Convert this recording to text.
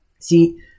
See